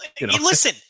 Listen